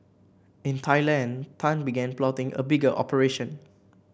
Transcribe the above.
in Thailand Tan began plotting a bigger operation